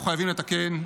אנחנו חייבים לתקן,